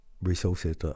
resources